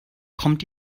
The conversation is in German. kommt